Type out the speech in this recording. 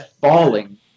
falling